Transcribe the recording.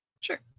Sure